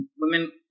women